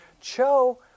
Cho